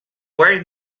very